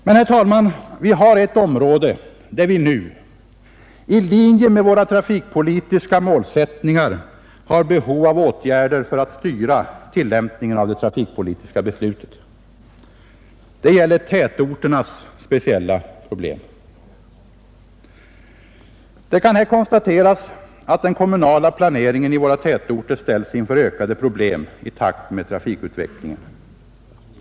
Men, herr talman, det finns ett område där vi nu i linje med våra trafikpolitiska målsättningar har behov av åtgärder för att styra tillämpningen av det trafikpolitiska beslutet. Det gäller tätorternas speciella problem. Det kan här konstateras att den kommunala planeringen i våra tätorter ställs inför ökade problem i takt med trafikutvecklingen.